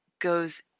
goes